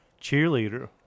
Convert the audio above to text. cheerleader